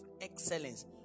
excellence